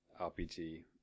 rpg